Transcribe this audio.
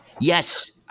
Yes